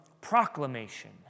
proclamation